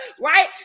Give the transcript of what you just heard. right